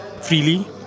freely